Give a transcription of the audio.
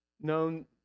known